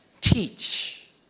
Teach